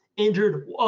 Injured